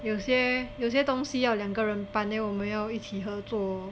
有些有些东西要两个人搬 then 我们要一起合作